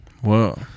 Whoa